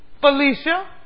Felicia